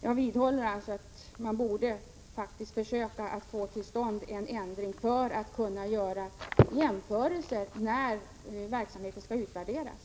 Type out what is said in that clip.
Jag vidhåller alltså att man faktiskt borde försöka få till stånd en ändring för att kunna göra jämförelser när verksamheten skall utvärderas.